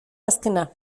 azkena